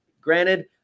Granted